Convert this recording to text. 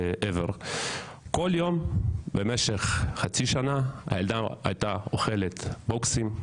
כל יום במשך חצי שנה הילדה הייתה מקבלת בוקסים,